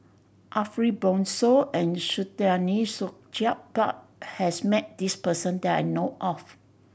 Ariff Bongso and Saktiandi Supaat has met this person that I know of